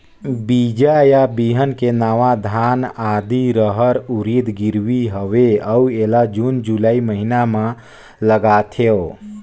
बीजा या बिहान के नवा धान, आदी, रहर, उरीद गिरवी हवे अउ एला जून जुलाई महीना म लगाथेव?